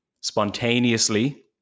spontaneously